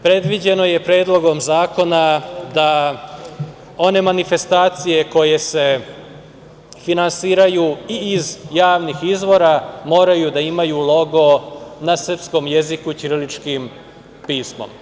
Predviđeno je Predlogom zakona da one manifestacije koje se finansiraju i iz javnih izvora moraju da imaju logo na srpskom jeziku ćiriličnim pismom.